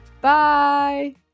Bye